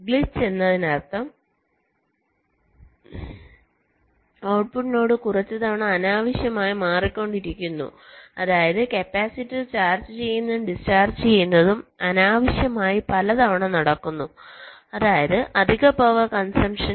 glitch എന്നതിനർത്ഥം output node കുറച്ച് തവണ അനാവശ്യമായി മാറിക്കൊണ്ടിരിക്കുന്നു അതായത് കപ്പാസിറ്റർ ചാർജ് ചെയ്യുന്നതും ഡിസ്ചാർജ് ചെയ്യുന്നതും അനാവശ്യമായി പലതവണ നടക്കുന്നു അതായത് അധിക പവർ കൺസംപ്ഷൻ